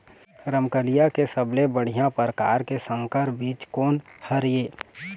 रमकलिया के सबले बढ़िया परकार के संकर बीज कोन हर ये?